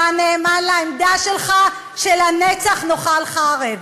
אתה נאמן לעמדה שלך שלנצח תאכל חרב.